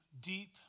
deep